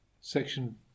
section